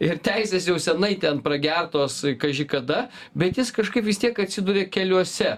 ir teisės jau seniai ten pragertos kaži kada bet jis kažkaip vis tiek atsiduria keliuose